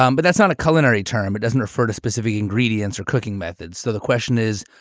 um but that's not a culinary term. it doesn't refer to specific ingredients or cooking methods. so the question is,